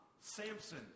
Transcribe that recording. Samson